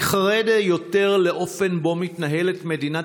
אני חרד יותר לאופן שבו מתנהלת מדינת